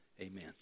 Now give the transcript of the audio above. amen